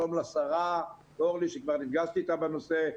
שלום לשרה אורלי שכבר נפגשתי אתה בנושא,